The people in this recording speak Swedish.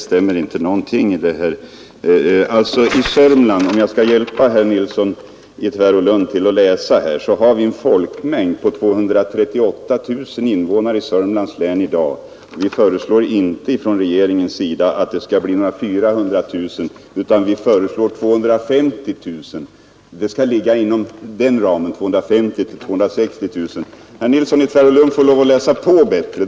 Om jag skall hjälpa herr Nilsson i Tvärålund att läsa, kan jag nämna att folkmängden i Sörmland 1970 var 249 000. Regeringen föreslår inte att folkmängden skall bli 400 000, utan att den skall ligga inom ramen 250 000—260 000. Herr Nilsson i Tvärålund får läsa på bättre.